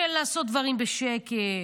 לעשות דברים בשקט,